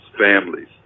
families